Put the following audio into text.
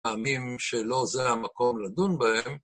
עמים שלא זה המקום לדון בהם.